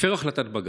הפר החלטת בג"ץ.